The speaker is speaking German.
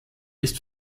ist